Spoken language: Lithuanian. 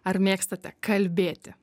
ar mėgstate kalbėti